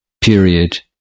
period